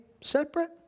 separate